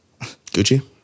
Gucci